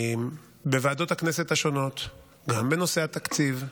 בוועדות הכנסת השונות, גם בנושא התקציב,